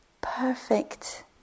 perfect